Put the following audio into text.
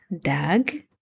Dag